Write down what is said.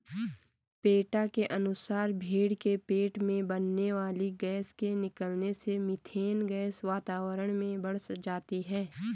PETA के अनुसार भेंड़ के पेट में बनने वाली गैस के निकलने से मिथेन गैस वातावरण में बढ़ जाती है